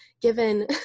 given